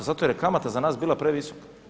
Zato jer je kamata za nas bila previsoka.